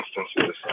instances